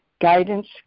guidance